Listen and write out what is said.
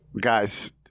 guys